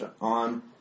on